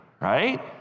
right